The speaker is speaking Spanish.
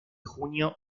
junio